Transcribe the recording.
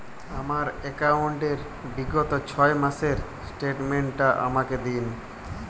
আমার অ্যাকাউন্ট র বিগত ছয় মাসের স্টেটমেন্ট টা আমাকে দিন?